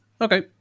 Okay